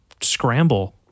scramble